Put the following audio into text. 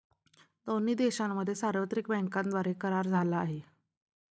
दोन्ही देशांमध्ये सार्वत्रिक बँकांद्वारे करार झाला आहे